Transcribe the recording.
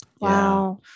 wow